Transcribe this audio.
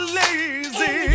lazy